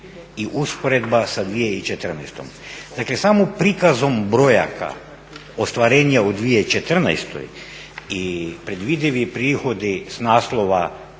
i usporedba sa 2014. Dakle samim prikazom brojaka ostvarenja u 2014.i predvidivi prihodi s naslova